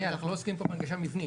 אנחנו לא עוסקים פה בהנגשה מבנית,